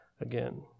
again